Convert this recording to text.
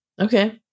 Okay